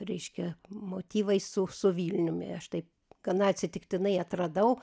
reiškia motyvai su su vilniumi aš taip gana atsitiktinai atradau